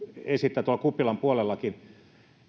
esittää tuolla kuppilan puolellakin